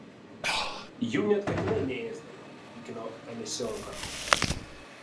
jų net katinai neėsdavo tikino alesionka